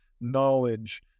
knowledge